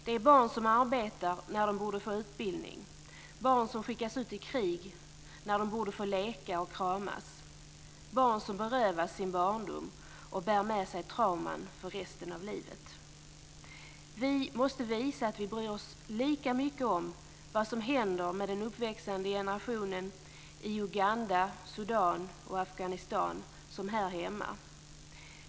Det är barn som arbetar när de borde få utbildning, barn som skickas ut i krig när de borde få leka och kramas och barn som berövas sin barndom och bär med sig trauman för resten av livet. Vi måste visa att vi bryr oss lika mycket om vad som händer med den uppväxande generationen i Uganda, Sudan och Afghanistan som här hemma.